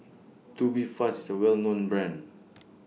Tubifast IS A Well known Brand